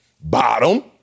Bottom